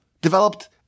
developed